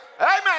Amen